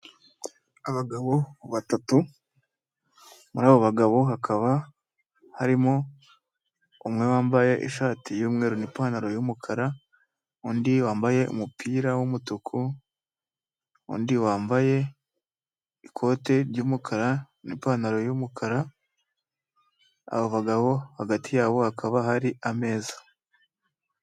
Abagabo batatu, muri abo bagabo hakaba harimo umwe wambaye ishati y'umweru nipantaro yumukara, undi wambaye umupira w'umutuku, undi wambaye ikote ry'umukara nipantaro y'umukara, abo bagabo hagati yabo hakaba hari ameza.